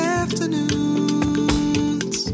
afternoons